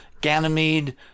Ganymede